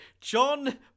John